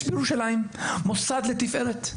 יש בירושלים מוסד לתפארת,